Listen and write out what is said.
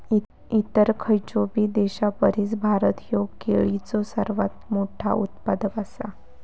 इतर खयचोबी देशापरिस भारत ह्यो केळीचो सर्वात मोठा उत्पादक आसा